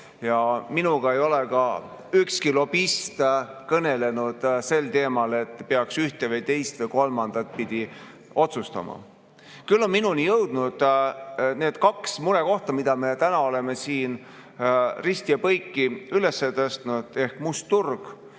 Ja minuga ei ole ka ükski lobist kõnelenud sel teemal, et peaks ühte, teist või kolmandat pidi otsustama. Küll on minuni jõudnud need kaks murekohta, mida me täna oleme siin risti ja põiki üles tõstnud: must turg